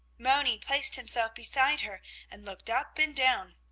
moni placed himself beside her and looked up and down.